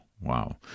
Wow